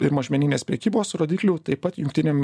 ir mažmeninės prekybos rodiklių taip pat jungtiniam